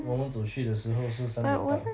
我们走去的时候是三点半